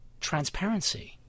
transparency